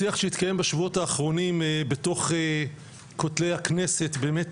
בשיח שהתקיים בשבועות האחרונים בתוך כותלי הכנסת באמת